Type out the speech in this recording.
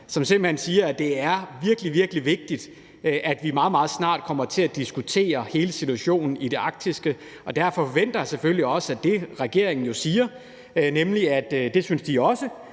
jeg simpelt hen siger, at det er virkelig, virkelig vigtigt, at vi meget, meget snart kommer til at diskutere hele situationen i det arktiske, og derfor forventer jeg selvfølgelig også, at det, regeringen siger, er, at det synes de også,